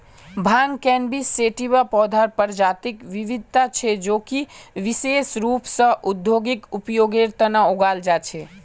भांग cannabis sativa पौधार प्रजातिक विविधता छे जो कि विशेष रूप स औद्योगिक उपयोगेर तना उगाल जा छे